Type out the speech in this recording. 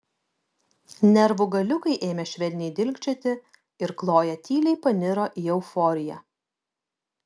nervų galiukai ėmė švelniai dilgčioti ir kloja tyliai paniro į euforiją